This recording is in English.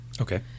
Okay